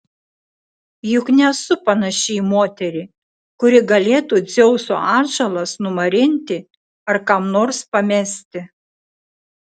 juk nesu panaši į moterį kuri galėtų dzeuso atžalas numarinti ar kam nors pamesti